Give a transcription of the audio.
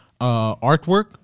artwork